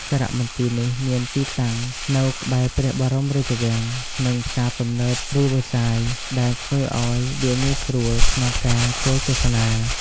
សារមន្ទីរនេះមានទីតាំងនៅក្បែរព្រះបរមរាជវាំង និងផ្សារទំនើបរីវើសាយ ដែលធ្វើឲ្យវាងាយស្រួលក្នុងការចូលទស្សនា។